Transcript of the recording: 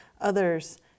others